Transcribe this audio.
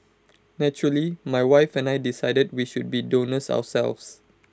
naturally my wife and I decided we should be donors ourselves